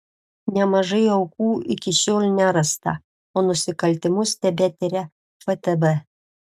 nemažai aukų iki šiol nerasta o nusikaltimus tebetiria ftb